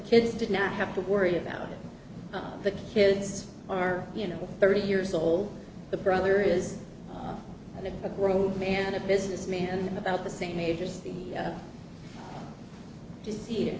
kids did not have to worry about the kids are you know thirty years old the brother is a grown man a businessman about the same age as the